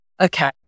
okay